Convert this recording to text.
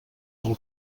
del